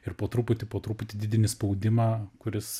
ir po truputį po truputį didinti spaudimą kuris